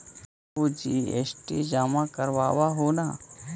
तु जी.एस.टी जमा करवाब हहु न?